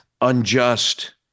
unjust